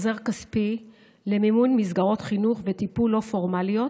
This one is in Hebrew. החזר כספי למימון מסגרות חינוך וטיפול לא פורמליות,